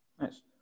Nice